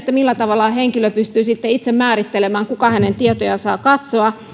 millä tavalla henkilö pystyy sitten itse määrittelemään kuka hänen tietojaan saa katsoa